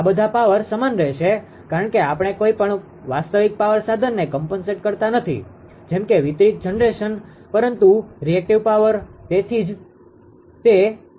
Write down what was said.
આ બધા પાવર સમાન રહેશે કારણ કે આપણે કોઈપણ વાસ્તવિક પાવર સાધનને કોમ્પનસેટ કરતા નથી જેમ કે વિતરિત જનરેશન પરંતુ રીએક્ટીવ પાવર